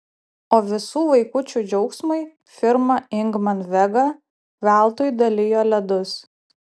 o visų vaikučių džiaugsmui firma ingman vega veltui dalijo ledus